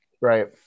right